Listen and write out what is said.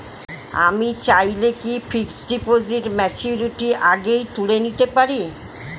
আমি চাইলে কি ফিক্সড ডিপোজিট ম্যাচুরিটির আগেই তুলে নিতে পারি?